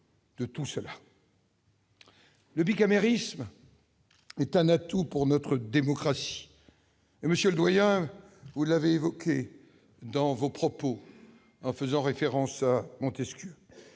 Le bicamérisme est un atout pour notre démocratie. Monsieur le doyen, vous l'avez souligné dans vos propos en faisant référence à Montesquieu.